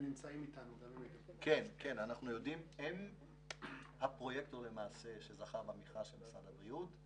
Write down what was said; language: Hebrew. הם למעשה הפרויקטור שזכה במכרז של משרד הבריאות.